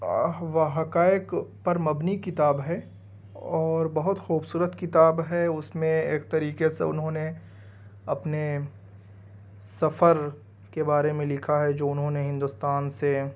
و حقائق پر مبنی کتاب ہے اور بہت خوبصورت کتاب ہے اس میں ایک طریقے سے انہوں نے اپنے سفر کے بارے میں لکھا ہے جو انہوں نے ہندوستان سے